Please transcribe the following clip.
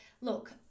look